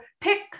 pick